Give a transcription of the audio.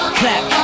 clap